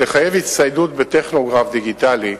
חיוב הצטיידות בטכוגרף דיגיטלי,